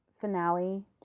finale